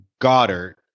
Goddard